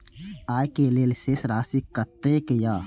आय के लेल शेष राशि कतेक या?